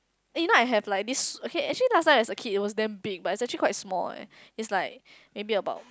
eh now I have like this okay actually last night is a kid it was then big but actually quite small eh is like maybe about